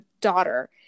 daughter